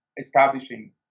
establishing